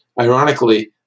Ironically